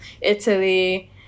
Italy